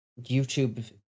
YouTube